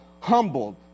humbled